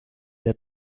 der